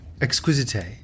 Exquisite